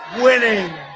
winning